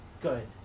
good